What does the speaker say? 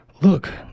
Look